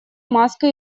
маска